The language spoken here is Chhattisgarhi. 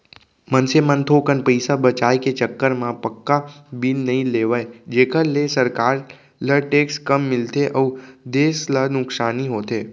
मनसे मन थोकन पइसा बचाय के चक्कर म पक्का बिल नइ लेवय जेखर ले सरकार ल टेक्स कम मिलथे अउ देस ल नुकसानी होथे